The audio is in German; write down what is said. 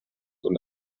und